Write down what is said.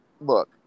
look